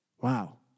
Wow